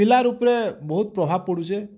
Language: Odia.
ପିଲାର ଉପ୍ରେ ବହୁତ ପ୍ରଭାବ ପଡ଼ୁଛେ